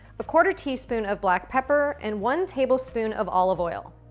a quarter teaspoon of black pepper and one tablespoon of olive oil.